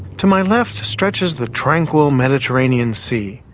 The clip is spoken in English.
to my left stretches the tranquil mediterranean sea.